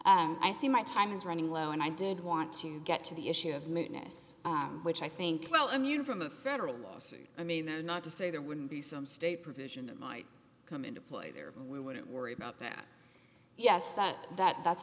true i see my time is running low and i did want to get to the issue of minuteness which i think well immune from the federal lawsuit i mean they're not to say there wouldn't be some state provision that might come into play there we wouldn't worry about that yes that that that's